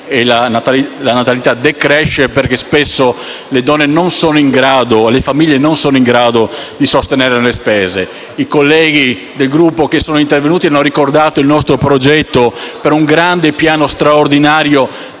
la natalità decresce perché spesso le famiglie non sono in grado di sostenere le spese. I colleghi del Gruppo che sono intervenuti hanno ricordato il nostro progetto per un grande piano straordinario